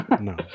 no